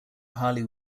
harley